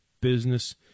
business